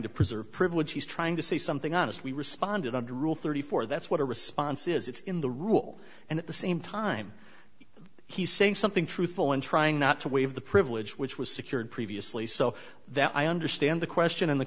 to preserve privilege he's trying to say something honest we responded under rule thirty four that's what our response is it's in the rule and at the same time he's saying something truthful and trying not to waive the privilege which was secured previously so that i understand the question and the